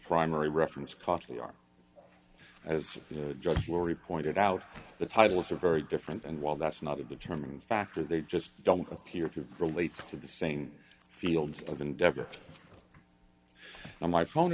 primary reference cost we are as judge jury pointed out the titles are very different and while that's not the determining factor they just don't appear to relate to the same fields of endeavor on my phone